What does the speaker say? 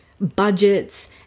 budgets